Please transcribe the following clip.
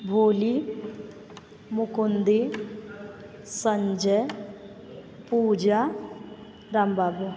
Bholi Mukundi Sanjay Puja Rambabu